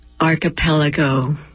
Archipelago